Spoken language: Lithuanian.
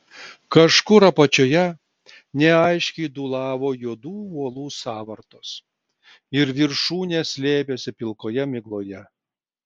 kažkur apačioje neaiškiai dūlavo juodų uolų sąvartos ir viršūnės slėpėsi pilkoje migloje